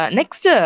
next